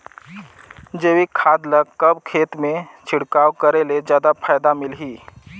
जैविक खाद ल कब खेत मे छिड़काव करे ले जादा फायदा मिलही?